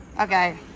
Okay